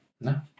no